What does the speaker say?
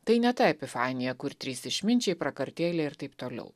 tai ne ta epifanija kur trys išminčiai prakartėlė ir taip toliau